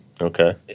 Okay